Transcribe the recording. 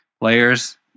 players